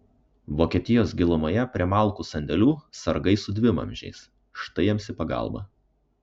vokietijos gilumoje prie malkų sandėlių sargai su dvivamzdžiais štai jiems į pagalbą